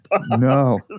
No